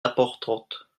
importantes